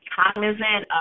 cognizant